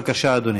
בבקשה, אדוני.